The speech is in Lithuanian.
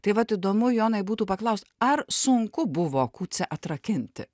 tai vat įdomu jonai būtų paklaust ar sunku buvo kucią atrakinti